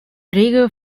regel